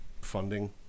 funding